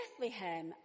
Bethlehem